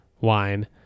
wine